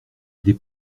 des